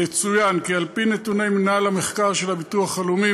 יצוין כי על-פי נתוני מנהל המחקר של הביטוח הלאומי,